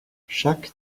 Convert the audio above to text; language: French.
chaque